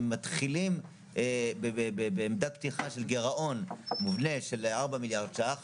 הם מתחילים בעמדת פתיחה של גירעון מובנה של ארבעה מיליארד ש"ח